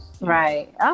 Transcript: Right